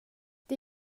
det